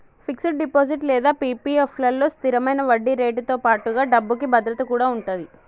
fixed deposit లేదా PPF లలో స్థిరమైన వడ్డీరేటుతో పాటుగా డబ్బుకి భద్రత కూడా ఉంటది